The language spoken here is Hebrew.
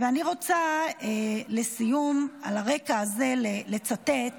אני רוצה לסיום, על הרקע הזה, לצטט